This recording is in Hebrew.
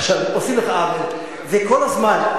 עושים לך עוול וכל הזמן,